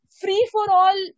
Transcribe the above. free-for-all